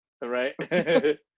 Right